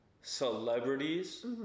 celebrities